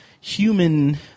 human